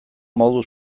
modu